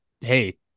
hey